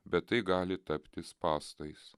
bet tai gali tapti spąstais